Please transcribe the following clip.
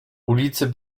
ulice